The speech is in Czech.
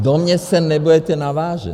Do mě se nebudete navážet!